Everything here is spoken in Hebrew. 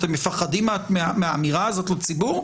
אתם מפחדים מהאמירה הזאת לציבור?